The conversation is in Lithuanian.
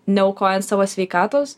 neaukojant savo sveikatos